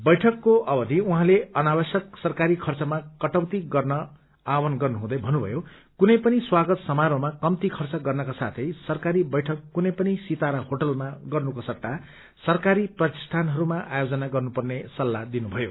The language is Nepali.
बैठक्से चैररान उझैँते अनवाश्यक सरकारी खर्चमा केटौति गर्ने आहवान गर्नु हुँदै भनुभयो कुनै पनि स्वागत समरोहमा कम्ती खर्च गर्नका साथै सरकारी बैठक कुनै पनि सितारा होटलमा गर्नुको सट्टा सरकारी प्रतिष्ठानहस्रमा आयोजन गर्नु पर्ने सल्लाह दिनुथयो